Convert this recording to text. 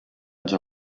già